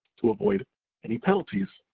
to avoid any penalties.